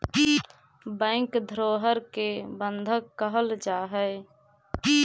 bank धरोहर के बंधक कहल जा हइ